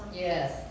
yes